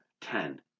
ten